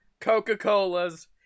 Coca-Colas